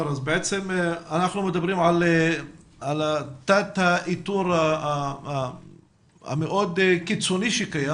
אנחנו מדברים על תת איתור מאוד קיצוני שקיים